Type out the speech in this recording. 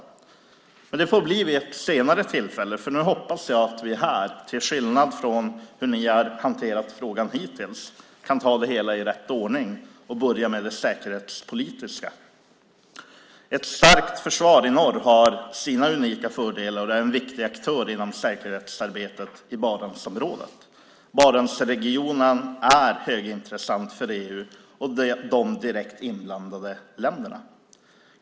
Det får bli vid ett senare tillfälle, för nu hoppas jag att vi här, till skillnad från hur ni har hanterat frågan hittills, kan ta det hela i rätt ordning och börja med det säkerhetspolitiska. Ett starkt försvar i norr har sina unika fördelar. Det är en viktig aktör inom säkerhetsarbetet i Barentsområdet. Barentsregionen är högintressant för EU och de direkt inblandade länderna.